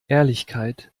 ehrlichkeit